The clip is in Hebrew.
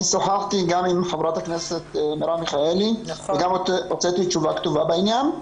אני שוחחתי גם עם חברת הכנסת מרב מיכאלי וגם הוצאתי תשובה כתובה בעניין.